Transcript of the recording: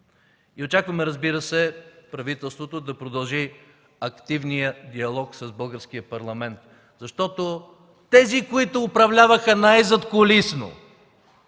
Очакваме, разбира се, правителството да продължи активния диалог с Българския парламент, защото тези, които управляваха най-задкулисно